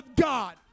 God